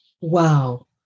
wow